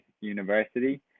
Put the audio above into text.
university